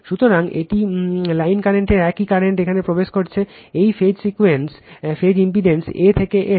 সুতরাং এটি line current একই কারেন্ট এখানে প্রবেশ করছে এই ফেজ ইম্পিডেন্স A থেকে N